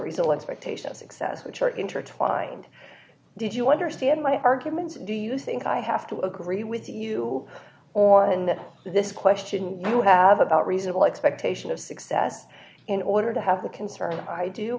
reasonable expectation of success which are intertwined did you understand my argument do you think i have to agree with you on this question you have about reasonable expectation of success in order to have the concern i do